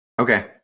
Okay